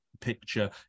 picture